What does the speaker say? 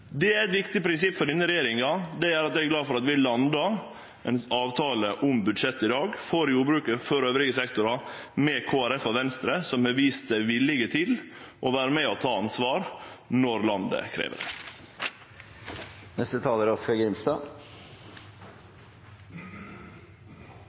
Det er eit viktig prinsipp for denne regjeringa. Det gjer at eg er glad for at vi landar ein avtale om budsjettet i dag, for jordbruket og for sektorar elles, med Kristeleg Folkeparti og Venstre, som har vist seg villige til å vere med på å ta ansvar når landet krev